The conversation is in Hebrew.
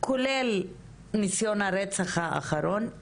כולל ניסיון הרצח האחרון,